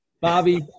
Bobby